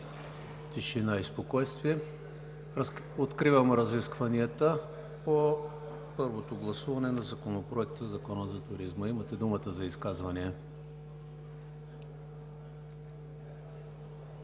тишина и спокойствие. Откривам разискванията по първото гласуване на Законопроекта на Закона за туризма. Имате думата за изказвания.